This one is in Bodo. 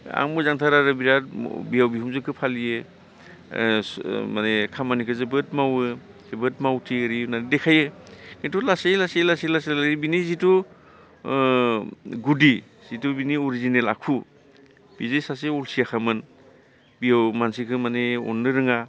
आं मोजांथार आरो बिरात बिहाव बिखुनजोखौ फालियो माने खामानिखो जोबोद मावो जोबोद मावथि एरै होनना देखायो किन्तु लासै लासै लासै लासै बिनि जितु गुदि जितु बिनि अरिजिनेल आखु बियो जे सासे अलसियाखामोन बिहाव मानसिखौ माने अननो रोङा